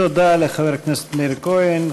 תודה לחבר הכנסת מאיר כהן.